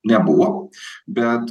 nebuvo bet